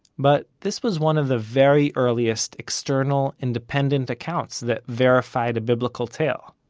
but this was one of the very earliest external, independent accounts that verified a biblical tale.